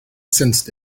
sensed